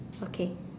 okay